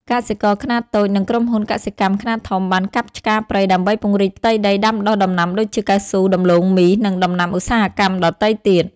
កសិករខ្នាតតូច និងក្រុមហ៊ុនកសិកម្មខ្នាតធំបានកាប់ឆ្ការព្រៃដើម្បីពង្រីកផ្ទៃដីដាំដុះដំណាំដូចជា កៅស៊ូ ដំឡូងមី និងដំណាំឧស្សាហកម្មដទៃទៀត។